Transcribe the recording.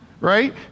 Right